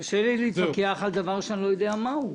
קשה ל להתווכח על דבר שאני לא יודע מהו.